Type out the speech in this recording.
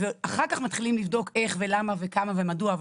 אחר כך מתחילים לבדוק איך ולמה וכמה ומדוע,